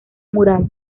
mural